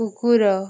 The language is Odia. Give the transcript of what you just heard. କୁକୁର